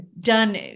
done